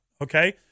Okay